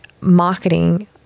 marketing